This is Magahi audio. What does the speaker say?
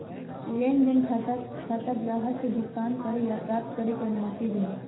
लेन देन खाता खाताधारक के भुगतान करे या प्राप्त करे के अनुमति दे हइ